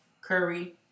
Curry